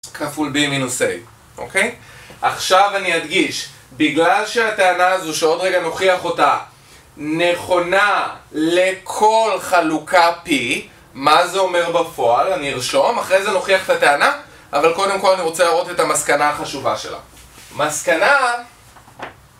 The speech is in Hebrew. כפול b מינוס a, אוקיי? עכשיו אני אדגיש, בגלל שהטענה הזו שעוד רגע נוכיח אותה נכונה לכל חלוקה p מה זה אומר בפועל, אני ארשום, אחרי זה נוכיח את הטענה, אבל קודם כל אני רוצה להראות את המסקנה החשובה שלה. מסקנה!